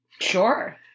Sure